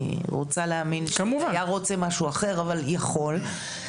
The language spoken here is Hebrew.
אני רוצה להאמין, אבל יכול.